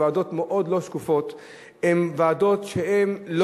הן ועדות מאוד לא